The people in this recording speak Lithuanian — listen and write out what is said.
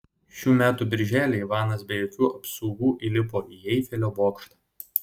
šių metų birželį ivanas be jokių apsaugų įlipo į eifelio bokštą